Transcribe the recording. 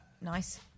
Nice